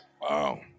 Wow